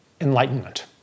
enlightenment